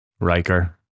Riker